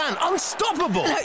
Unstoppable